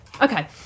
okay